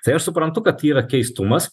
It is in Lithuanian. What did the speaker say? tai aš suprantu kad yra keistumas